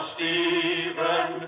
Stephen